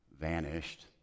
Vanished